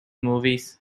movies